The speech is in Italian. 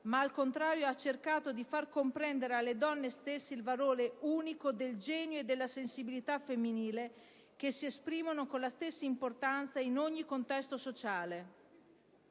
ma al contrario ha cercato di far comprendere alle donne stesse il valore unico del genio e della sensibilità femminile che si esprimono con la stessa importanza in ogni contesto sociale.